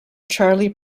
charley